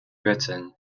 britain